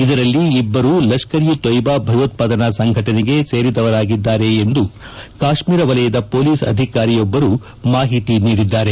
ಇದರಲ್ಲಿ ಇಬ್ಬರು ಲಷ್ಕರ್ ಇ ತೊಯ್ದಾ ಭಯೋತ್ವಾದನಾ ಸಂಘಟನೆಗೆ ಸೇರಿದವರಾಗಿದ್ದಾರೆ ಎಂದು ಕಾಶ್ಮೀರ ವಲಯದ ಪೊಲೀಸ್ ಅಧಿಕಾರಿಯೊಬ್ಬರು ಮಾಹಿತಿ ನೀಡಿದ್ದಾರೆ